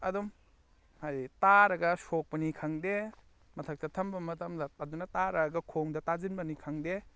ꯑꯗꯨꯝ ꯍꯥꯏꯗꯤ ꯇꯥꯔꯒ ꯁꯣꯛꯄꯅꯤ ꯈꯪꯗꯦ ꯃꯊꯛꯇ ꯊꯝꯕ ꯃꯇꯝꯗ ꯑꯗꯨꯅ ꯇꯥꯔꯛꯑꯒ ꯈꯣꯡꯗ ꯇꯥꯁꯤꯟꯕꯅꯤ ꯈꯪꯗꯦ